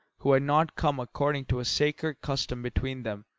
who had not come according to a sacred custom between them,